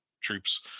troops